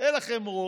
אין לכם רוב.